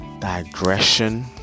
digression